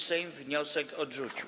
Sejm wniosek odrzucił.